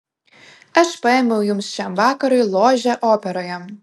aš paėmiau jums šiam vakarui ložę operoje